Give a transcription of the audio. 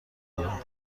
دادند